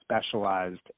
specialized